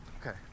Okay